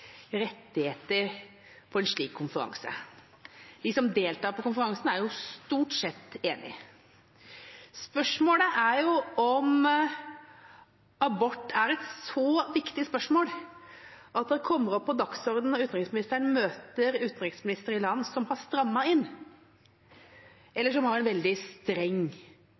rettigheter på en slik konferanse. De som deltar på konferansene, er jo stort sett enige. Spørsmålet er om abort er et så viktig spørsmål at det kommer opp på dagsordenen når utenriksministeren møter utenriksministre i land som har strammet inn, eller som har en veldig streng